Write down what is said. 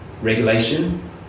Regulation